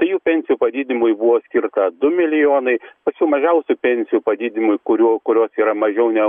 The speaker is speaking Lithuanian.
tai jų pensijų padidinimui buvo skirta du milijonai pačių mažiausių pensijų padidinimui kurių kurios yra mažiau ne